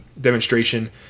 demonstration